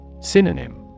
Synonym